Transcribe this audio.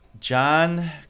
John